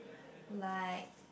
like